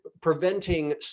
Preventing